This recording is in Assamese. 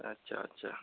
আচ্ছা আচ্ছা